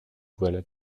voilà